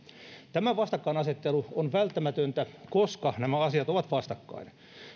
tämä vastakkainasettelu on välttämätöntä koska nämä asiat ovat vastakkain